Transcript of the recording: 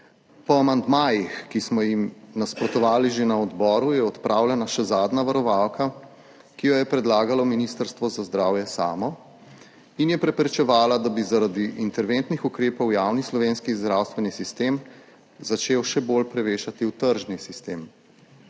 Po amandmajih, ki smo jim nasprotovali že na odboru, je odpravljena še zadnja varovalka, ki jo je predlagalo Ministrstvo za zdravje samo in je preprečevala, da bi zaradi interventnih ukrepov v javni slovenski zdravstveni sistem začel še bolj premešati v tržni sistem.